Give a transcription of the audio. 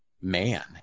man